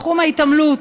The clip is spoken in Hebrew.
בתחום ההתעמלות.